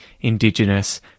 indigenous